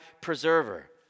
preserver